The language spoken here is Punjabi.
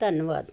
ਧੰਨਵਾਦ